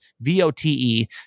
V-O-T-E